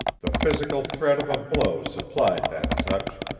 the physical threat of a blow supplied that touch.